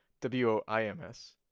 w-o-i-m-s